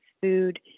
food